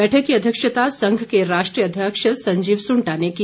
बैठक की अध्यक्षता संघ के राष्ट्रीय अध्यक्ष संजीव सुन्टा ने की